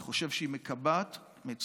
אני חושב שהיא מקבעת מציאות.